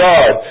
God